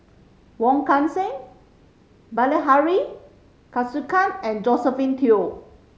Wong Kan Seng Bilahari Kausikan and Josephine Teo